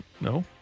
No